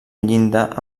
llinda